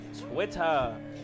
Twitter